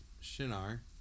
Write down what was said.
Shinar